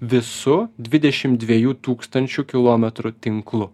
visu dvidešim dviejų tūkstančių kilometrų tinklu